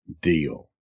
deal